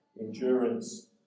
endurance